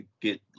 get